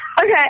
Okay